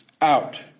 out